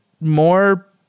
more